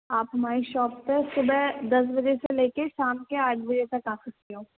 آپ ہماری شاپ پہ صُبح دس بجے سے لے کے شام کے آٹھ بجے تک آ سکتے ہو